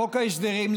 בחוק ההסדרים,